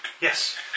Yes